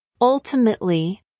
Ultimately